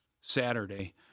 Saturday